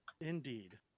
indeed